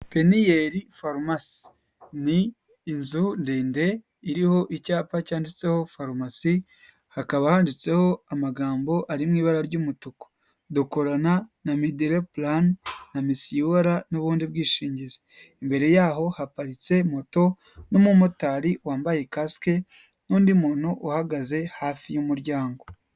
Paniel pharmacy ni inzu ndende iriho icyapa cyanditseho farumasi hakaba handitseho amagambo ari mu ibara ry'umutuku dukorana na midere plan na missiola n'ubundi, bwishingizi. imbere yaho haparitse moto n'umumotari wambaye kasike n'undi muntu uhagaze hafi y'umuryango.